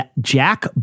Jack